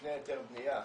לפני היתר בנייה.